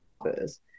office